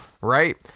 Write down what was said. right